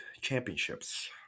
Championships